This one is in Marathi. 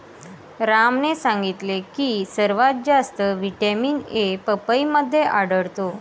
रामने सांगितले की सर्वात जास्त व्हिटॅमिन ए पपईमध्ये आढळतो